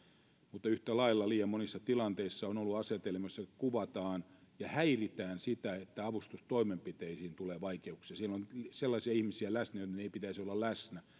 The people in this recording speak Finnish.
mutta yhtä lailla liian monissa tilanteissa on ollut asetelma jossa kuvataan ja häiritään jolloin avustustoimenpiteisiin tulee vaikeuksia siellä on sellaisia ihmisiä läsnä joiden ei pitäisi olla läsnä